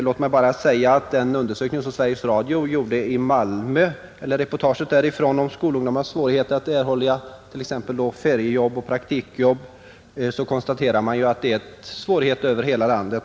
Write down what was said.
Låt mig bara säga att man i det reportage som Sveriges Radio gjorde i Malmö om skolungdomens möjlighet att erhålla ferieoch praktikarbete konstaterade att det är svårigheter över hela landet.